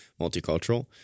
multicultural